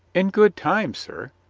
in good time, sir,